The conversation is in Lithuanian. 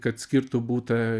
kad skirtų butą